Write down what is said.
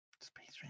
Space